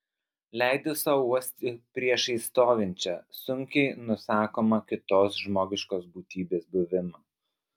leidau sau uosti priešais stovinčią sunkiai nusakomą kitos žmogiškos būtybės buvimą